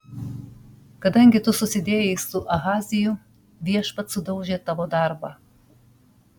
kadangi tu susidėjai su ahaziju viešpats sudaužė tavo darbą